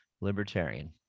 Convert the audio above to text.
libertarian